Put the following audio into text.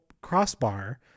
crossbar